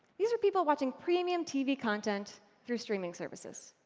these are people watching premium tv content through streaming services.